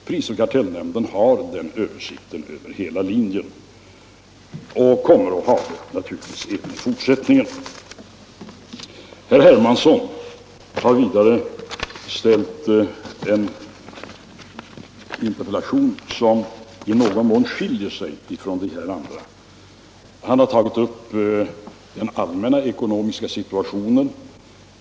Prisoch kartellnämnden har den översikten över hela linjen och kommer naturligtvis även att ha det i fortsättningen. Herr Hermansson har framställt en interpellation som i någon mån skiljer sig från de andra. Han har tagit upp den allmänna ekonomiska situationen.